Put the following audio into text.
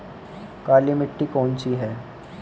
काली मिट्टी कौन सी है?